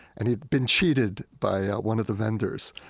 and he'd been cheated by one of the vendors,